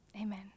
Amen